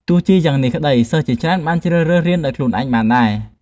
ទោះជាយ៉ាងនេះក្តី សិស្សជាច្រើនបានជ្រើសរើសរៀនដោយខ្លួនឯងបានដែរ។